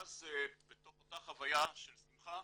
ואז בתוך אותה חוויה של שמחה,